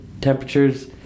temperatures